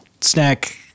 Snack